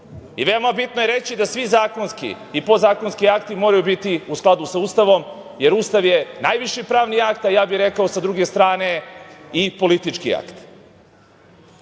bitno je reći da svi zakonski i podzakonski akti moraju biti u skladu sa Ustavom, jer Ustav je najviši pravni akt, a ja bih rekao sa druge strane i politički